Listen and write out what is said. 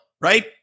right